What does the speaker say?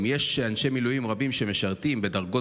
יש אנשי מילואים רבים שמשרתים בדרגות